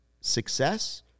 success